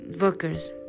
workers